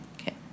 Okay